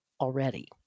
already